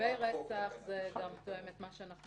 לגבי רצח זה גם תואם את מה שאנחנו